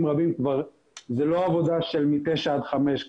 רבים כבר זה לא עבודה של מתשע עד חמש,